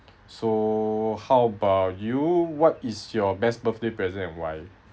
so how about you what is your best birthday present and why